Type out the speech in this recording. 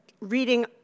reading